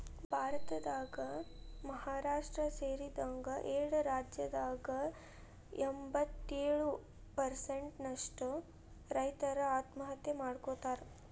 ಭಾರತದಾಗ ಮಹಾರಾಷ್ಟ್ರ ಸೇರಿದಂಗ ಏಳು ರಾಜ್ಯದಾಗ ಎಂಬತ್ತಯೊಳು ಪ್ರಸೆಂಟ್ ನಷ್ಟ ರೈತರು ಆತ್ಮಹತ್ಯೆ ಮಾಡ್ಕೋತಾರ